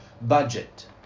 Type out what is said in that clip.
budget